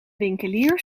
winkelier